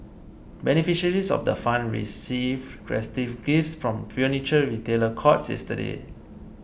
beneficiaries of the fund received festive gifts from Furniture Retailer Courts yesterday